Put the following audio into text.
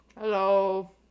Hello